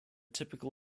typical